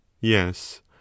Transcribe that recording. yes